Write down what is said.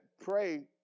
pray